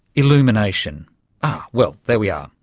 illumination. ah well, there we are,